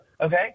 okay